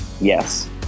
yes